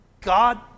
God